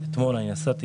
אתמול נסעתי